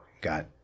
got